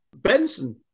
Benson